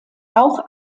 auch